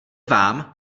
vám